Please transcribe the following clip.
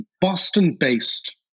boston-based